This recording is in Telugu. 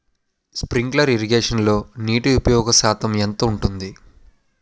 స్ప్రింక్లర్ ఇరగేషన్లో నీటి ఉపయోగ శాతం ఎంత ఉంటుంది?